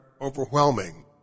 overwhelming